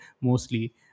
mostly